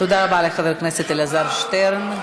תודה רבה לחבר הכנסת אלעזר שטרן.